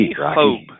hope